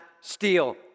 steal